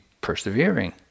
persevering